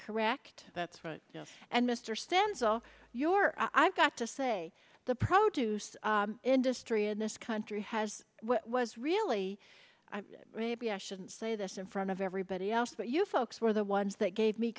correct that's right and mr stenzel your i've got to say the produce industry in this country has was really a b i shouldn't say this in front of everybody else but you folks were the ones that gave me